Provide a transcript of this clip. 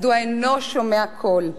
מדוע אינו שומע קול.